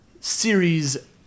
series